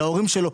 להורים שלו.